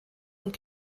und